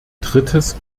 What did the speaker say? drittes